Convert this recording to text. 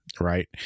Right